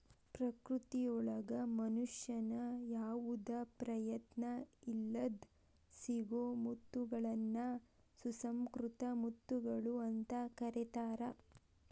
ಪ್ರಕೃತಿಯೊಳಗ ಮನುಷ್ಯನ ಯಾವದ ಪ್ರಯತ್ನ ಇಲ್ಲದ್ ಸಿಗೋ ಮುತ್ತಗಳನ್ನ ಸುಸಂಕೃತ ಮುತ್ತುಗಳು ಅಂತ ಕರೇತಾರ